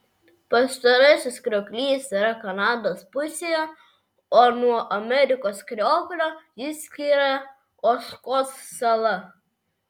pastarasis krioklys yra kanados pusėje o nuo amerikos krioklio jį skiria ožkos sala